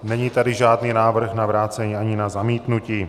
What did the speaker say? Není tady žádný návrh na vrácení ani na zamítnutí.